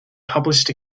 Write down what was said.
published